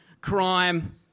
crime